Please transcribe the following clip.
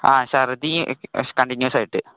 ആ ശർദീ കണ്ടിന്യുവസായിട്ട്